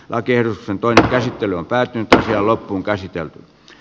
lakersin toinen käsittely päättyy tähän loppuunkäsitelty